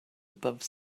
above